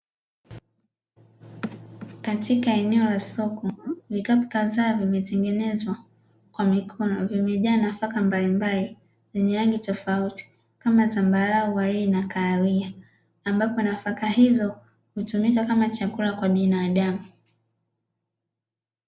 Katika eneo la soko, vikapu kadhaa vimetengenezwa kwa mikono, vimejaa nafaka mbalimbali zenye rangi tofauti kama zambarau, waridi na kahawia. Ambapo nafaka hizo hutumika kama chakula kwa binadamu.